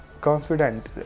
confident